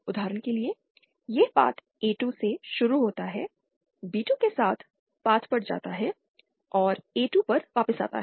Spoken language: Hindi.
उदाहरण के लिए यह पाथ A2 से शुरू होता है B2 के सभी पाथ पर जाता है और A2 पर वापस आता है